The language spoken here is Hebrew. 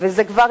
וזה כבר